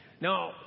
Now